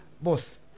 boss